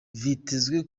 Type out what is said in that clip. vyitezwe